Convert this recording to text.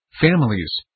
families